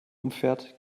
umfährt